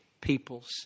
peoples